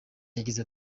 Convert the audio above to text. yagize